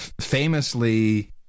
famously